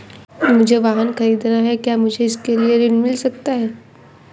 मुझे वाहन ख़रीदना है क्या मुझे इसके लिए ऋण मिल सकता है?